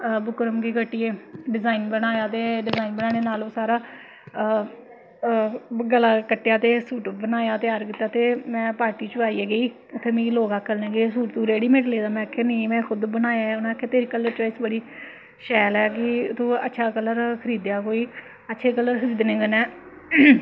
बुकर्म बी कट्टियै डिजाईन बनाया ते डिजाईन बनाने नाल ओह् सारा गला कट्टेआ ते सूट बनाया त्यार कीता ते में पार्टी च पाइयै गेई ते उत्थें मिगी लोग आखन लगे एह् सूट तूं रड़ीमेड ले दा में आखेआ नेईं में खुद बनाया ऐ उ'नें आखेआ तेरी कलर चाइस बड़ी शैल ऐ तू अच्छा कलर खरीदेआ कोई अच्छे कलर खरीदने कन्नै